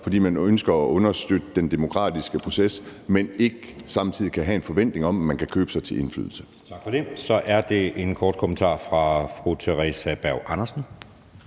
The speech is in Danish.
fordi man ønsker at understøtte den demokratiske proces, men at man ikke samtidig kan have en forventning om, at man kan købe sig til indflydelse.